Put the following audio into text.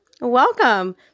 Welcome